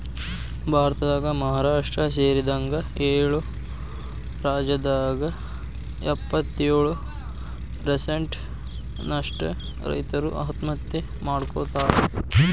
ಭಾರತದಾಗ ಮಹಾರಾಷ್ಟ್ರ ಸೇರಿದಂಗ ಏಳು ರಾಜ್ಯದಾಗ ಎಂಬತ್ತಯೊಳು ಪ್ರಸೆಂಟ್ ನಷ್ಟ ರೈತರು ಆತ್ಮಹತ್ಯೆ ಮಾಡ್ಕೋತಾರ